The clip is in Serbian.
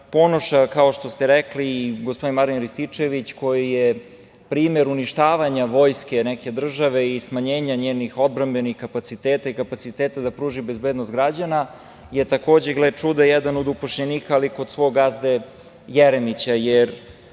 Ponoša, kao što ste rekli, i gospodin Marijan Rističević koji je primer uništavanja vojske neke države i smanjenja njenih odbrambenih kapaciteta i kapaciteta da pružimo bezbednost građana, je takođe, gle čuda, jedan od zaposlenih, ali kod svog gazde Jeremića.